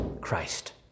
Christ